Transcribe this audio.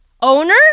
Owner